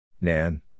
Nan